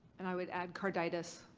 and i would add carditis.